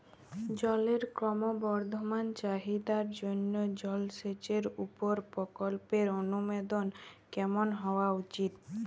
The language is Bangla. জলের ক্রমবর্ধমান চাহিদার জন্য জলসেচের উপর প্রকল্পের অনুমোদন কেমন হওয়া উচিৎ?